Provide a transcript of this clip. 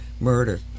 Murder